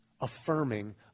affirming